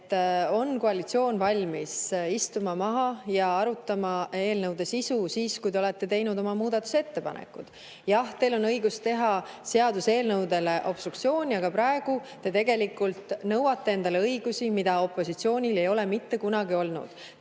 et koalitsioon on valmis maha istuma ja arutama eelnõude sisu, kui te olete teinud oma muudatusettepanekud. Jah, teil on õigus teha seaduseelnõude suhtes obstruktsiooni, aga praegu te tegelikult nõuate endale õigusi, mida opositsioonil ei ole mitte kunagi olnud.